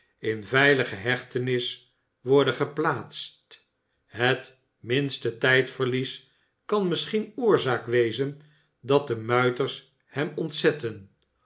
in veilige hechtenis worde geplaatst het minste tijdverlies kan misschien oorzaak wezen dat de muiters hem ontzetten